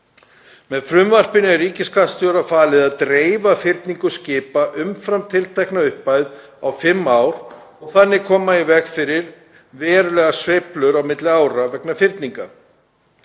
Með frumvarpinu er ríkisskattstjóra falið að dreifa fyrningum skipa umfram tiltekna upphæð á fimm ár, og þannig koma í veg fyrir verulegar sveiflur á milli ára vegna fyrninga.